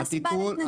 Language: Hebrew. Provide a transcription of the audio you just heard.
מה הסיבה להתנגדות?